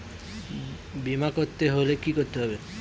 বিমা করতে হলে কি করতে হবে?